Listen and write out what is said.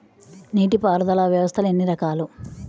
నీటిపారుదల వ్యవస్థలు ఎన్ని రకాలు?